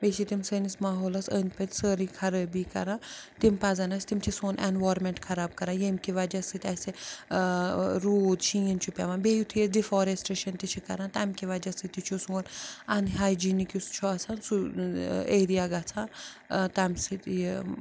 بیٚیہِ چھِ تِم سٲنِس ماحولَس أنٛدۍ پٔکۍ سٲرٕے خرٲبی کَران تِم پزیٚن اسہِ تِم چھِ سون ایٚنوارمیٚنٛٹ خراب کرَان ییٚمہِ کہِ وجہ سۭتۍ اسہِ ٲں روٗد شیٖن چھُ پیٚوان بیٚیہِ یُتھُے أسۍ ڈفاریٚسٹرٛیشن تہِ چھِ کَران تَمہِ کہِ وجہ سۭتۍ تہِ چھُ سون اَن ہایجیٖنِک یُس چھُ آسان سُہ ٲں ایریا گژھان ٲں تَمہِ سۭتۍ یہِ